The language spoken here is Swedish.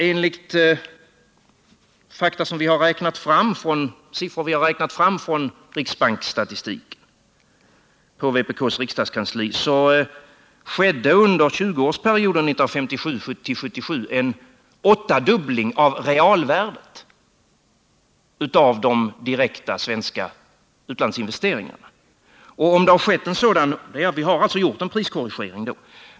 Enligt siffror som vi på vpk:s riksdagskansli har räknat fram från riksbanksstatistiken skedde under 20-årsperioden 1957-1977 en åttadubbling av realvärdet av de direkta svenska utlandsinvesteringarna; vi har gjort en priskorrigering.